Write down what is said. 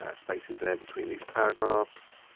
ah spaces there between these paragraphs